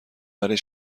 برای